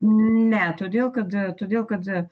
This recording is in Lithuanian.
ne todėl kad todėl kad